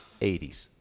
80s